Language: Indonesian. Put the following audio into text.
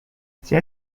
saya